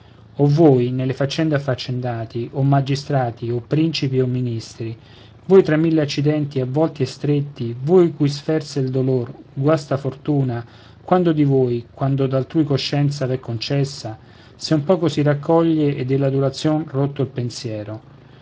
o voi nelle faccende affaccendati o magistrati o principi o ministri voi tra mille accidenti avvolti e stretti voi cui sferza il dolor guasta fortuna quando di voi quando d'altrui coscienza v'è concessa se un poco si raccoglie è dall'adulazion rotto il pensiero